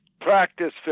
practice